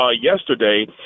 yesterday